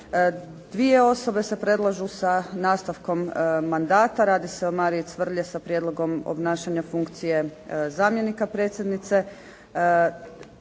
dvije osobe se predlažu sa nastavkom mandata, radi se o Mariji Cvrlje sa prijedlogom obnašanja dužnosti zamjenika predsjednice